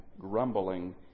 grumbling